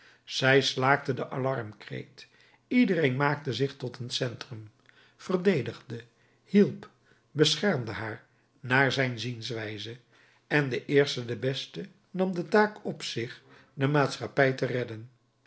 zij slaakte den alarmkreet iedereen maakte zich tot een centrum verdedigde hielp beschermde haar naar zijn zienswijze en de eerste de beste nam de taak op zich de maatschappij te redden